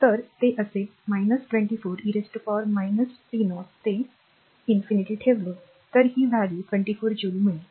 तर ते असेल 24 e t0 ते अनंत ठेवले तर ही व्हॅल्यूज 24 जूल मिळेल